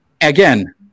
Again